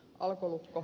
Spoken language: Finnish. alkolukko